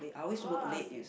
!wow!